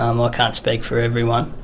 um ah can't speak for everyone.